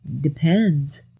Depends